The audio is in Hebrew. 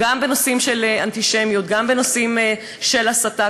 גם בנושאים של אנטישמיות, גם בנושאים של הסתה.